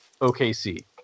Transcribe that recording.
OKC